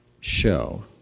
show